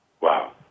Wow